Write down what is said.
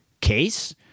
case